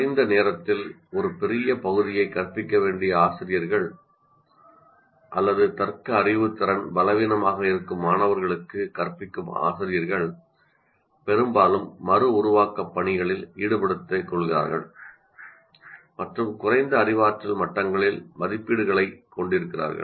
குறைந்த நேரத்தில் ஒரு பெரிய பகுதியை கற்பிக்க வேண்டிய ஆசிரியர்கள் அல்லது பகுத்தறிவு திறன் பலவீனமாக இருக்கும் மாணவர்களுக்கு கற்பிக்கும் ஆசிரியர்கள் பெரும்பாலும் மறு உருவாக்கம் பணிகளில் ஈடுபடுத்திக்கொள்கிறார்கள் மற்றும் குறைந்த அறிவாற்றல் மட்டங்களில் மதிப்பீடுகளைக் கொண்டிருக்கிறார்கள்